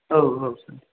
औ औ सार